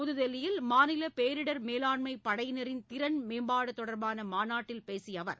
புதுதில்லியில் மாநில பேரிடர் மேலாண்மை படையினரின் திறன் மேம்பாடு தொடர்பான மாநாட்டில் பேசிய அவர்